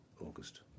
August